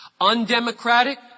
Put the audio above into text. undemocratic